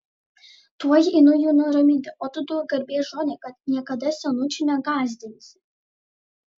tuoj einu jų nuraminti o tu duok garbės žodį kad niekada senučių negąsdinsi